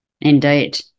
Indeed